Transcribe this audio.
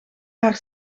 haar